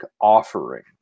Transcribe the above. offering